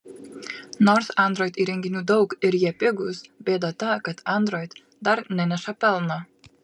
nors android įrenginių daug ir jie pigūs bėda ta kad android dar neneša pelno